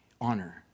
honor